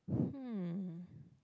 hmm